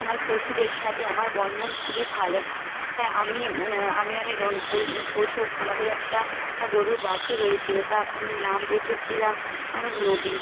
আমার পশুদের সাথে আমার বন্ধন খুবই ভালো হ্যাঁ আমি আমি অনেক অন পশু পশু আমাদের একটা গরুর বাছুর হয়েছিলো তার আমি নাম রেখেছিলাম আমার রবি